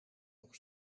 nog